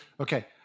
Okay